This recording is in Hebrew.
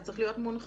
זה צריך להיות מונחה,